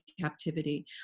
captivity